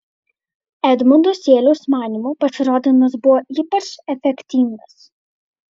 edmundo seiliaus manymu pasirodymas buvo ypač efektingas